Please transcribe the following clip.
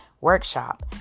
workshop